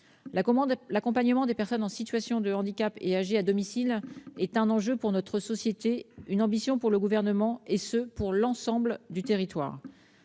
L'accompagnement à domicile des personnes en situation de handicap et âgées est un enjeu pour notre société, une ambition pour le Gouvernement, et ce pour l'ensemble du territoire.